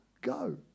go